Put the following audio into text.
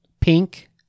Pink